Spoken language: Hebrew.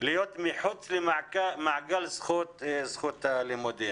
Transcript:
להיות מחוץ למעגל זכות הלימודים.